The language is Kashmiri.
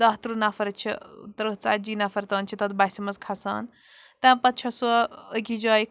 دَہ تٕرٛہ نَفَر چھِ تٕرٛہ ژَتجی نَفَر تام چھِ تَتھ بَسہِ منٛز کھسان تَمہِ پَتہٕ چھےٚ سۄ أکِس جایہِ